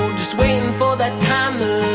just waiting for that timer